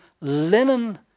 linen